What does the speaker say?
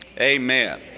Amen